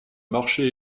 marché